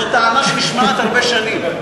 זו טענה שנשמעת הרבה שנים.